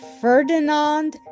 Ferdinand